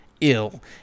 ill